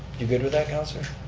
you good with that councilor?